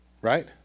Right